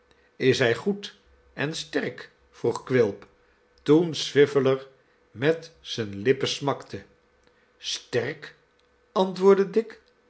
is hij goed en sterk vroeg quilp toen swiveller met zijne lippen smakte sterk antwoordde dick